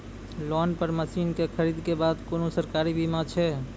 Loan पर मसीनऽक खरीद के बाद कुनू सरकारी बीमा छै?